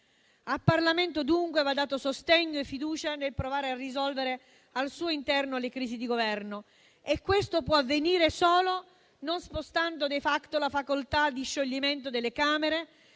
Al Parlamento, dunque, vanno dati sostegno e fiducia nel provare a risolvere al suo interno le crisi di Governo e questo può avvenire solo non spostando *de facto* la facoltà di scioglimento delle Camere